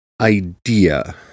idea